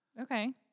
Okay